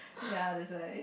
ya that's why